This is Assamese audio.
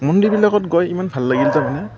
মন্দিৰবিলাকত গৈ ইমান ভাল লাগিল যে